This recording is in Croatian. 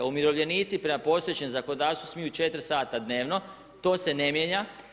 Umirovljenici prema postojećem zakonodavstvu smiju 4 sata dnevnog, to se ne mijenja.